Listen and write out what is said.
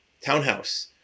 townhouse